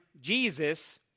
Jesus